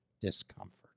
discomfort